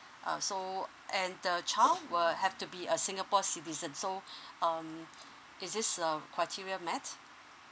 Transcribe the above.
uh so and the child will have to be a singapore citizen so um is this uh criteria met